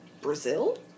Brazil